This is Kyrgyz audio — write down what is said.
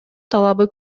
талабы